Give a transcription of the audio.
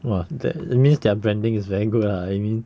!wah! that means their branding is very good lah I mean